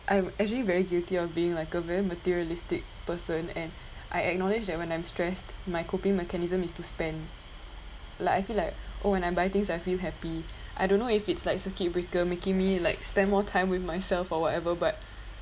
I'm actually very guilty of being like a very materialistic person and I acknowledge that when I'm stressed my coping mechanism is to spend like I feel like oh I buy things I feel happy I don't know if it's like circuit breaker making me like spend more time with myself or whatever but